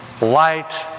light